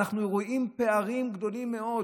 אנחנו רואים פערים גדולים מאוד